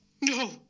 No